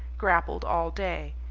grappled all day.